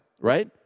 right